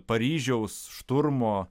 paryžiaus šturmo